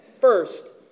First